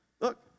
Look